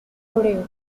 hebreo